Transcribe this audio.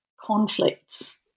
conflicts